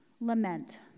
lament